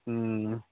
ꯎꯝ